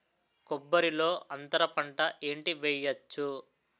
కొబ్బరి లో అంతరపంట ఏంటి వెయ్యొచ్చు?